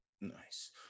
nice